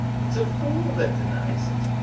it's a fool that denies it.